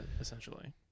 essentially